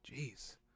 Jeez